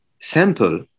simple